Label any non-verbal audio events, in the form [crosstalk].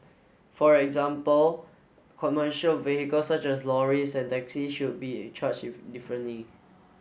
for example commercial vehicle such as lorries and taxis should be charged [unintelligible] differently